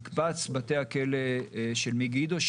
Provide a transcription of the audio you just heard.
מקבץ בתי הכלא של מגידו,